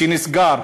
שנסגר,